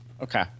Okay